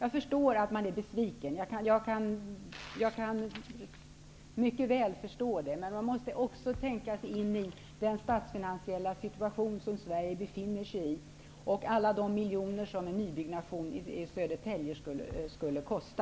Jag förstår mycket väl att ni är besvikna, men man måste också tänka sig in i den statsfinansiella situation som Sverige befinner sig i och tänka på alla de miljoner som en nybyggnation i Södertälje skulle kosta.